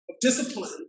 discipline